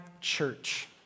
church